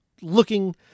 looking